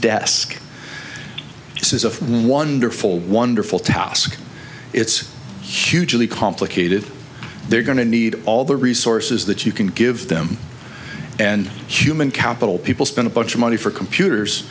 a wonderful wonderful task it's hugely complicated they're going to need all the resources that you can give them and human capital people spend a bunch of money for computers